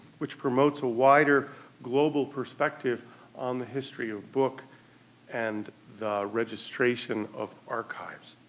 which promotes a wider global perspective on the history of book and the registration of archives.